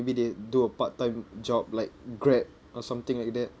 maybe they do a part-time job like grab or something like that